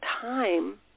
time